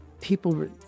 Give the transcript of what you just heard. people